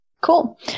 cool